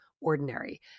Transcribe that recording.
ordinary